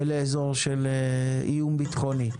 ולאזור של איום ביטחוני.